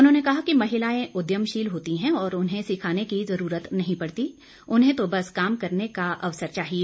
उन्होंने कहा कि महिलाएं उद्यमशील होती हैं और उन्हें सिखाने की जरूरत नहीं पड़ती उन्हें तो बस काम करने का अवसर चाहिए